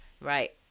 Right